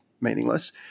meaningless